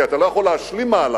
כי אתה לא יכול להשלים מהלך,